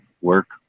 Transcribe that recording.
work